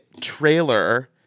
trailer